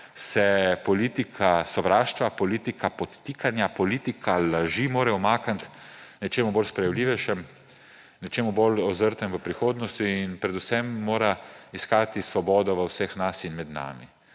se politika sovraštva, politika podtikanja, politika laži mora umakniti nečemu bolj sprejemljivejšemu, nečemu bolj ozrtemu v prihodnost in predvsem mora iskati svobodo v vseh nas in med nami.